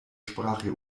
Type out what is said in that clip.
sprache